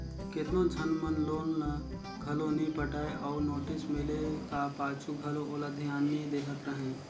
केतनो झन मन लोन ल घलो नी पटाय अउ नोटिस मिले का पाछू घलो ओला धियान नी देहत रहें